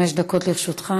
חמש דקות לרשותך.